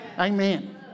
Amen